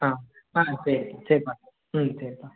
ஆ ஆ சரி சரிப்பா ம் சரிப்பா